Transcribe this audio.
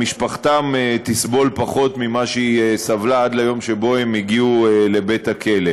משפחתם תסבול פחות ממה שהיא סבלה עד היום שבו הם הגיעו לבית-הכלא.